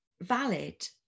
valid